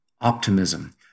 optimism